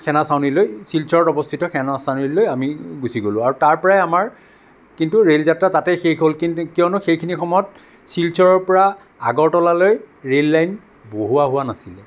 সেনা চাউনিলৈ শিলচৰত অৱস্থিত সেনা চাউনিলৈ আমি গুচি গ'লো আৰু তাৰ পৰাই আমাৰ কিন্তু ৰে'ল যাত্ৰা তাতে শেষ হ'ল কিন্তু কিয়নো সেইখিনি সময়ত শিলচৰৰ পৰা আগৰতলালৈ ৰে'ল লাইন বহোৱা হোৱা নাছিল